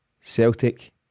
Celtic